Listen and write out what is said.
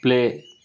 play